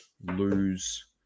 lose